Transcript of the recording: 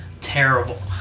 terrible